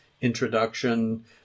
introduction